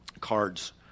cards